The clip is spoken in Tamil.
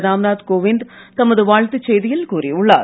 ராம்நாத் கோவிந்த் தமது வாழ்த்துச் செய்தியில் கூறியுள்ளார்